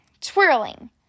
twirling